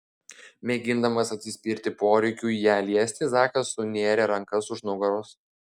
mėgindamas atsispirti poreikiui ją liesti zakas sunėrė rankas už nugaros